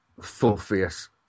full-face